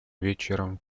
вечером